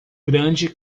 grande